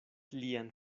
lian